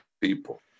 people